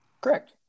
correct